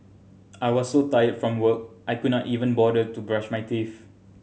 I was so tired from work I could not even bother to brush my teeth